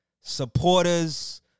supporters